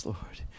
Lord